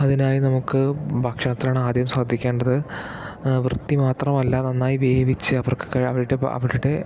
അതിനായി നമുക്ക് ഭക്ഷണത്തിലാണ് ആദ്യം ശ്രദ്ധിക്കേണ്ടത് വൃത്തി മാത്രമല്ല നന്നായി വേവിച്ച് അവർക്ക് അവരുടെ അവരുടെ